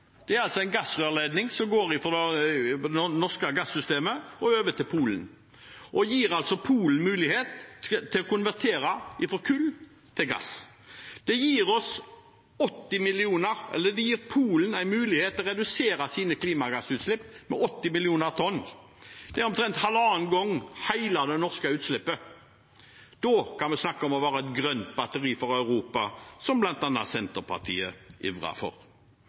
en gassrørledning som går fra det norske gassystemet og over til Polen, og gir Polen mulighet til å konvertere fra kull til gass. Det gir Polen en mulighet til å redusere sine klimagassutslipp med 80 millioner tonn. Det er omtrent halvannen gang så mye som hele det norske utslippet. Da kan vi snakke om å være et grønt batteri for Europa, som bl.a. Senterpartiet ivrer for.